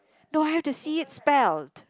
no I have to see it spelt